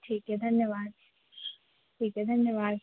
ठीक है धन्यवाद ठीक है धन्यवाद